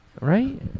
Right